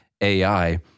AI